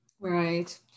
Right